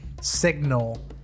signal